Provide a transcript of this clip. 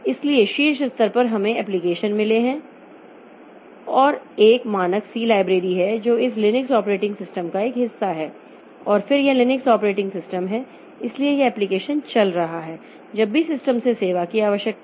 इसलिए शीर्ष स्तर पर हमें एप्लिकेशन मिले हैं और एक मानक सी लाइब्रेरी है जो इस लिनक्स ऑपरेटिंग सिस्टम का एक हिस्सा है और फिर यह लिनक्स ऑपरेटिंग सिस्टम है इसलिए यह एक एप्लिकेशन चल रहा है जब भी सिस्टम से सेवा की आवश्यकता हो